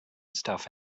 stuff